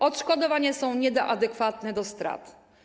Odszkodowania są nieadekwatne do strat.